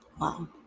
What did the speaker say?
Wow